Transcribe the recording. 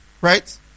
Right